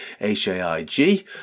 H-A-I-G